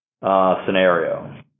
scenario